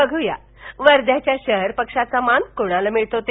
बघ्या वर्ध्याच्या शहर पक्षाचा मान कोणाला मिळतो ते